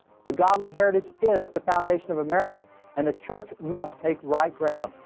a godly heritage is the foundation of america and the church must take right ground.